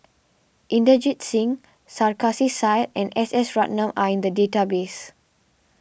Inderjit Singh Sarkasi Said and S S Ratnam are in the database